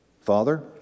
Father